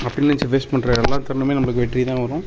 அப்படின்னு நினச்சி ஃபேஸ் பண்ணுற எல்லா தருணமும் நமக்கு வெற்றி தான் வரும்